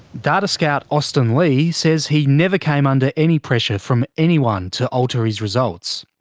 data scout austin lee says he never came under any pressure from anyone to alter his results.